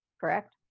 correct